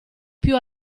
più